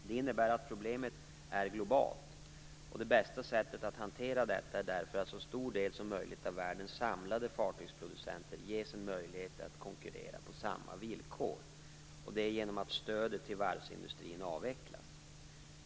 Det innebär att problemet är globalt. Det bästa sättet att hantera detta är därför att så stor del som möjligt av världens samlade fartygsproducenter ges en möjlighet att konkurrera på samma villkor genom att stödet till varvsindustrin avvecklas.